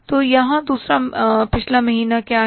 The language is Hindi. तो यहां दूसरा पिछला महीना क्या है